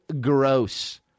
gross